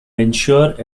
ensure